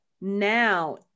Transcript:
now